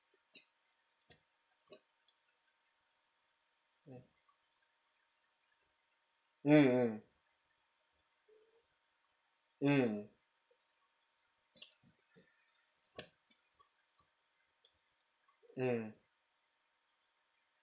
mm mm mm